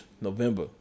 november